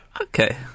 okay